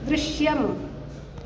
ദൃശ്യം